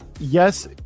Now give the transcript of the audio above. Yes